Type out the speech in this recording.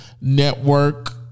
network